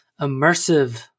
immersive